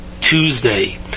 Tuesday